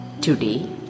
Today